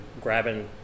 grabbing